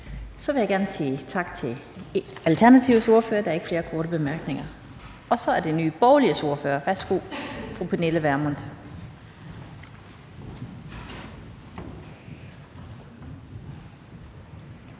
Så vil jeg gerne sige tak til Alternativets ordfører. Der er ikke flere korte bemærkninger. Og så er det Nye Borgerliges ordfører. Værsgo, fru Pernille Vermund.